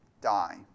die